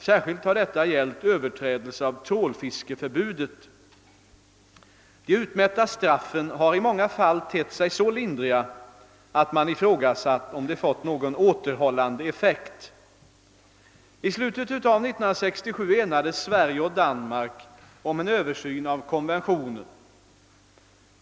Särskilt har detta gällt överträdelser av trålfiskeförbudet. De utmätta straffen har i många fall tett sig så lindriga, att man ifrågasatt om de fått någon återhållande effekt. I slutet av 1967 enades Sverige och Danmark om en översyn av konventionen.